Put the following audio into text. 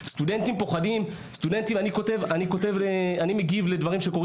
ואני פשוט אקטע אתכם, כי אני רוצה לסכם את הדברים.